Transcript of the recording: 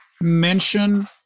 mention